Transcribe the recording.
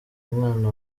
umwana